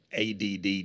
ADD